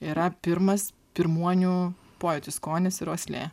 yra pirmas pirmuonių pojūtis skonis ir uoslė